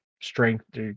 strength